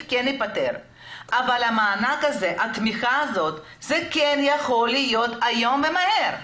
ייפתר אבל התמיכה הזאת יכולה להיות היום ומהר.